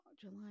July